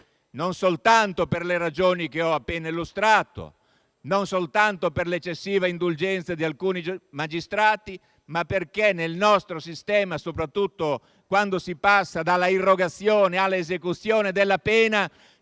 non soltanto per le ragioni che ho appena illustrato e non soltanto per l'eccessiva indulgenza di alcuni magistrati, ma perché nel nostro sistema, soprattutto quando si passa dall'irrogazione all'esecuzione della pena,